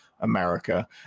America